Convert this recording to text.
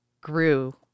grew